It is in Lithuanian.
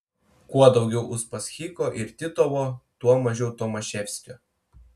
kuo daugiau uspaskicho ir titovo tuo mažiau tomaševskio